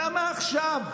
למה עכשיו?